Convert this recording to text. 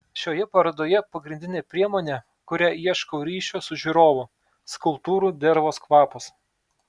šioje parodoje pagrindinė priemonė kuria ieškau ryšio su žiūrovu skulptūrų dervos kvapas